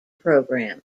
program